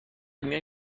میای